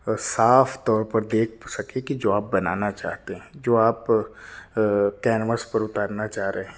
صاف طور پر دیکھ سکیں کہ جو آپ بنانا چاہتے ہیں جو آپ کینوس پر اتارنا چاہ رہے ہیں